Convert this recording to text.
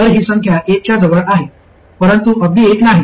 तर ही संख्या एक च्या जवळ आहे परंतु अगदी एक नाही